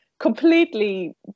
completely